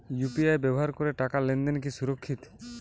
UPI ব্যবহার করে টাকা লেনদেন কি সুরক্ষিত?